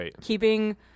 keeping